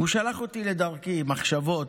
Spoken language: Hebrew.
הוא שלח אותי לדרכי עם מחשבות.